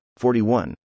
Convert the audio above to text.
41